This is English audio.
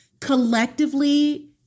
collectively